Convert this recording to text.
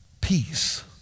peace